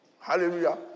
Hallelujah